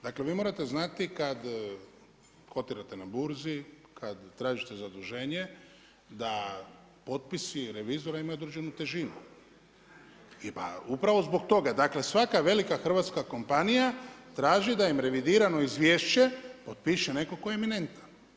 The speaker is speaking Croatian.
Dakle vi morate znati kad kotirate na burzi, kada tražite zaduženje da potpisi revizora imaju određenu težinu, e pa upravo zbog toga svaka velika hrvatska kompanija traži da im revidirano izvješće potpiše netko tko je eminentan.